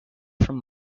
from